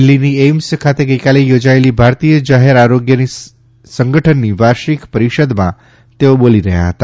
દિલ્ફીની એઈમ્સ ખાતે ગઈકાલે યોજાયેલી ભારતીય જાહેર આરોગ્ય સંગઠનની વાર્ષિક પરિષદમાં તેઓ બોલી રહ્યા હતા